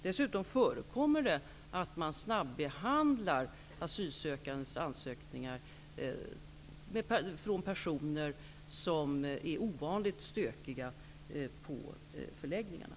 Det förekommer dessutom att man snabbehandlar ansökningar från asylsökande som är ovanligt stökiga på förläggningarna.